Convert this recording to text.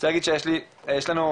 שיש לנו,